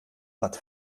watt